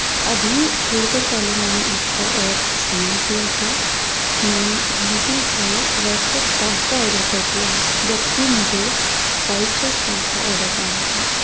ابھی تھوڑی دیر پہلے میں نے آپ کا ایپ استعمال کیا تھا میں نے غلطی سے ریڈ سوس پاستہ آڈر کر دیا ہے جبکہ مجھے وائٹ سوس پاستہ آڈر کرنا تھا